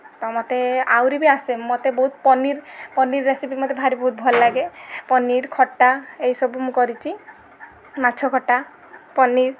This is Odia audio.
ତ ମୋତେ ଆହୁରି ବି ଆସେ ମୋତେ ବହୁତ ପନିର୍ ପନିର୍ ରେସିପି ମୋତେ ଭାରି ବହୁତ ଭଲ ଲାଗେ ପନିର୍ ଖଟା ଏଇସବୁ ମୁଁ କରିଛି ମାଛକଟା ପନିର୍